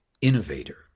innovator